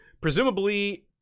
Presumably